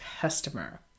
customer